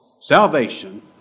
Salvation